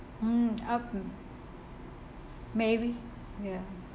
mm up to maybe ya